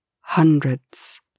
Hundreds